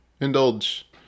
indulge